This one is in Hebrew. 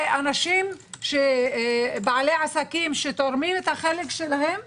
זה אנשים בעלי עסקים שתורמים את חלקם,